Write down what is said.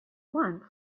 once